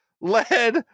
led